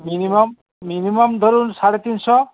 minimum minimum ধরুন সাড়ে তিনশো